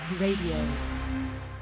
radio